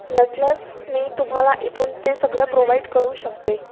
नसल्यास मी तुम्हाला इथून ते सगळं प्रोववाइड करू शकते